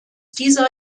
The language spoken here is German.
dieser